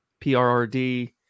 PRRD